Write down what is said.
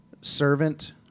servant